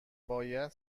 باید